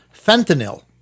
fentanyl